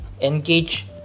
engage